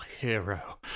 hero